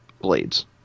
blades